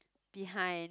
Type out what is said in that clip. behind